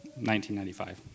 1995